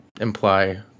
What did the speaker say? imply